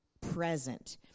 present